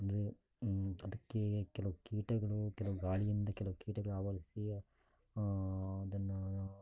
ಅಂದರೆ ಅದಕ್ಕೆ ಕೆಲವು ಕೀಟಗಳು ಕೆಲವು ಗಾಳಿಯಿಂದ ಕೆಲವು ಕೀಟಗಳಾವರಿಸಿ ಅದನ್ನು